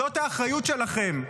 זאת האחריות שלכם.